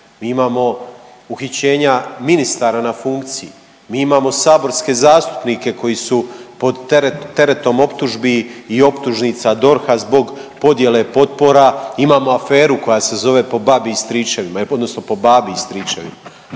mi imamo uhićenja ministara na funkciji, mi imamo saborske zastupnike koji su pod teretom optužbi i optužnica DORH-a zbog podjele potpora, imamo aferu koja se zove po babi i stričevima odnosno po babi i stričevima